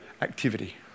activity